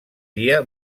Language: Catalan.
dia